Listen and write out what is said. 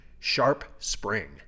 sharpspring